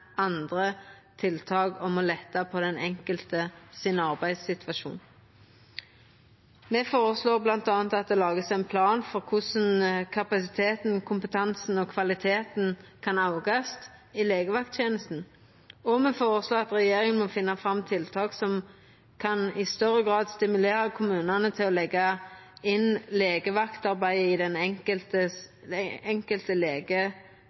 andre tiltak for å letta på den enkeltes arbeidssituasjon. Me føreslår bl.a. at det vert laga ein plan for korleis kapasiteten, kompetansen og kvaliteten kan aukast i legevakttenesta, og me føreslår at regjeringa må fremja tiltak som i større grad kan stimulera kommunane til å leggja legevaktarbeidet inn i den ordinære arbeidstida til den enkelte